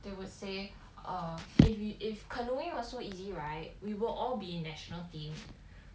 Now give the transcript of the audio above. they would say uh if we if canoeing was so easy right we would all be in national team